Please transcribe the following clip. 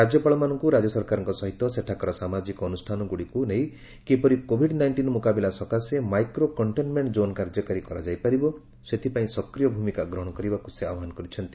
ରାଜ୍ୟପାଳମାନଙ୍କୁ ରାଜ୍ୟ ସରକାରଙ୍କ ସହିତ ସେଠାକାର ସାମାଜିକ ଅନୁଷ୍ଠାନଗୁଡ଼ିକୁ ନେଇ କିପରି କୋଭିଡ୍ ନାଇଷ୍ଟିନ୍ ମୁକାବିଲା ସକାଶେ ମାଇକ୍ରୋ କଣ୍ଟେନ୍ମେଣ୍ଟ ଜୋନ୍ କାର୍ଯ୍ୟକାରୀ କରାଯାଇ ପାରିବ ସେଥିପାଇଁ ସକ୍ରିୟ ଭୂମିକା ଗ୍ରହଣ କରିବାକୁ ସେ ଆହ୍ୱାନ କରିଛନ୍ତି